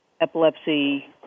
epilepsy